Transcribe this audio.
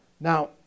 Now